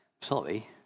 sorry